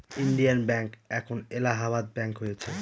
Indian bank এখন Allahabad bank হয়েছে